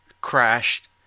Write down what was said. crashed